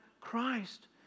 Christ